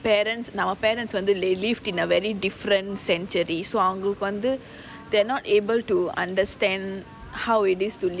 parents now parents வந்து:vanthu they lived in a very different century so அவங்களுக்கு வந்து:avangaluku vanthu they are not able to understand how is it to live